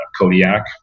Kodiak